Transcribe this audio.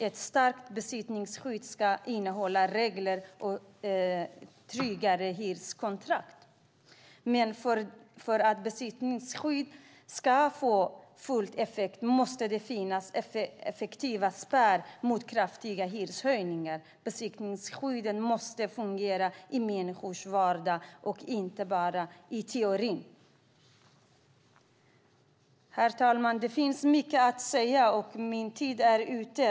Ett starkt besittningsskydd ska innehålla regler som tryggar hyreskontrakt. För att besittningsskyddet ska få full effekt måste det finnas effektiva spärrar mot kraftiga hyreshöjningar. Besittningsskyddet måste fungera i människors vardag och inte bara i teorin. Herr talman! Det finns mycket att säga. Min talartid är ute.